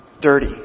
dirty